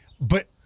But-